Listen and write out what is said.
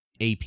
AP